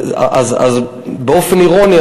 אז באופן אירוני,